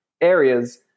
areas